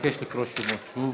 אבקש לקרוא שמות שוב.